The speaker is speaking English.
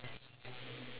I scared